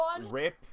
rip